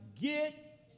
get